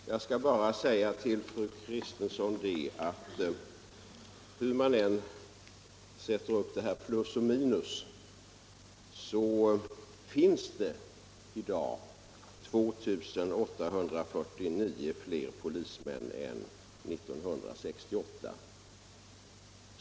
Herr talman! Jag vill säga till fru Kristensson, att hur man än sätter upp plus och minus finns det i dag ändå 2 849 fler polismän än vi hade 1968.